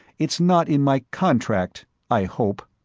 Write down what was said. it's not in my contract i hope!